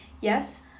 yes